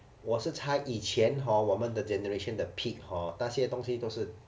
我是猜以前 hor 我们的 generation 的 pig hor 那些东西都是